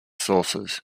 sources